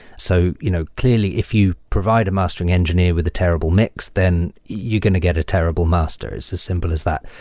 so you know clearly, if you provide a mastering engineer with a terrible mix, then you're going to get a terrible master. it's as simple as that.